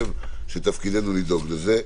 ותפקידנו לדאוג לזה.